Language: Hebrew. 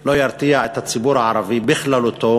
לא ירתיע את הציבור הערבי בכללותו.